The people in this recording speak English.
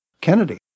Kennedy